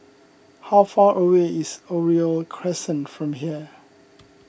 how far away is Oriole Crescent from here